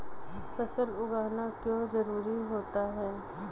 फसल उगाना क्यों जरूरी होता है?